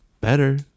better